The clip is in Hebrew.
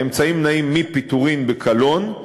האמצעים נעים מפיטורין בקלון,